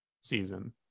season